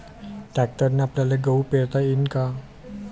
ट्रॅक्टरने आपल्याले गहू पेरता येईन का?